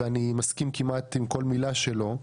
ואני מסכים כמעט לכל מילה שלו.